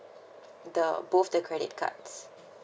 the both the credit cards